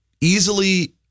easily